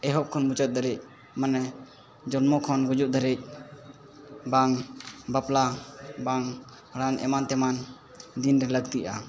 ᱮᱦᱚᱵ ᱠᱷᱚᱱ ᱢᱩᱪᱟᱹᱫ ᱫᱷᱟᱨᱤᱡ ᱢᱟᱱᱮ ᱡᱚᱱᱢᱚ ᱠᱷᱚᱱ ᱜᱩᱡᱩᱜ ᱫᱷᱟᱨᱤᱡ ᱵᱟᱝ ᱵᱟᱯᱞᱟ ᱵᱟᱝ ᱵᱷᱟᱰᱟᱱ ᱮᱢᱟᱱ ᱛᱮᱢᱟᱱ ᱫᱤᱱᱨᱮ ᱞᱟᱹᱠᱛᱤᱜᱼᱟ